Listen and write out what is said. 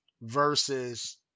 versus